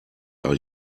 are